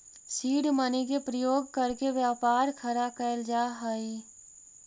seed money के प्रयोग करके व्यापार खड़ा कैल जा हई